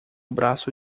braço